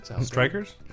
Strikers